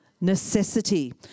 necessity